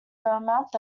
burnmouth